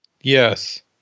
Yes